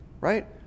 right